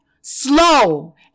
slow